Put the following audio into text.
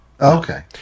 Okay